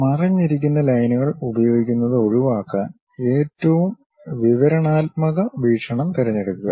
മറഞ്ഞിരിക്കുന്ന ലൈനുകൾ ഉപയോഗിക്കുന്നത് ഒഴിവാക്കാൻ ഏറ്റവും വിവരണാത്മക വീക്ഷണം തിരഞ്ഞെടുക്കുക